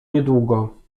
niedługo